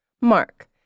Mark